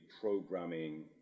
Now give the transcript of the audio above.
programming